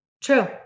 True